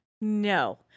No